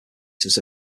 status